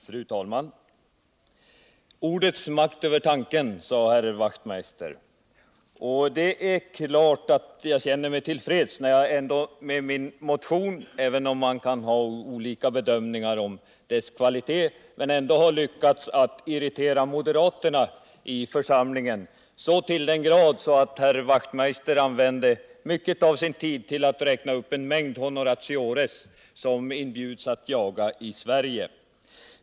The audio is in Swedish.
Fru talman! Ordets makt över tanken talade herr Wachtmeister om. Och det är klart att jag känner mig till freds när jag med min motion — även om man kan göra olika bedömningar av dess kvalitet — ändå har lyckats irritera moderaterna i församlingen så till den grad att herr Wachtmeister använde mycket av sin tid till att räkna upp en mängd honoratiores som inbjudits att jaga i Sverige.